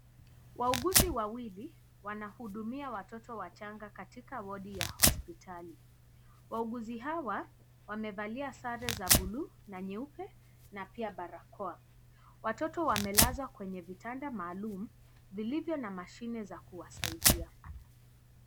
Wauguzi wawili wanahudumia watoto wachanga katika wadi ya hospitali. Wauguzi hawa wamevalia sare za buluu na nyeupe na pia barakoa. Watoto wamelazwa kwenye vitanda maalum zilizo na mashime za kuwasaidia.